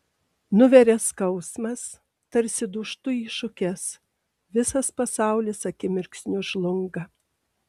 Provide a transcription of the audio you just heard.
nuveria skausmas tarsi dūžtu į šukes visas pasaulis akimirksniu žlunga